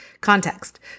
Context